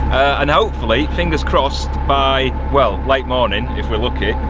and hopefully fingers crossed by, well late morning if we're lucky,